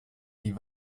die